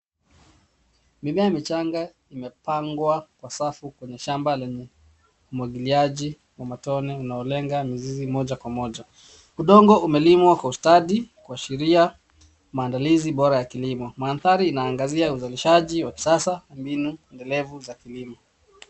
Mimea michanga imepangwa kwa safu kwenye shamba lenye umwagiliaji wa matone unaolenga mizizi moja kwa moja. Udongo umelimwa kwa ustadi kuashiria maandalizi bora ya kilimo. Mandhari inaangazia uzalishaji wa kisasa mbinu endelevu za kilimo.